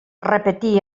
repetí